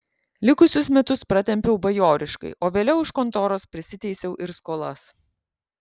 likusius metus pratempiau bajoriškai o vėliau iš kontoros prisiteisiau ir skolas